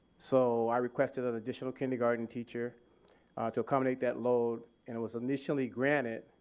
so i requested an additional kindergarten teacher to accommodate that load and it was initially granted.